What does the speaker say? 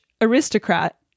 aristocrat